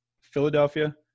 Philadelphia